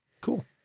Cool